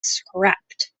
scrapped